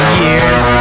years